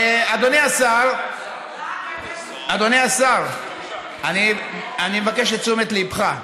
אדוני השר, אני מבקש את תשומת ליבך.